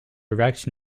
erect